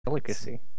Delicacy